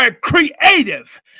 creative